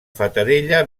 fatarella